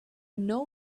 know